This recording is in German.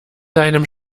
deinem